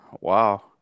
Wow